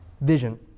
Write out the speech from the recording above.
vision